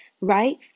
right